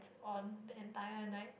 on the entire night